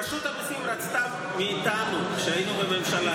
רשות המיסים רצתה מאיתנו את זה כשהיינו בממשלה,